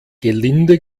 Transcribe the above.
gelinde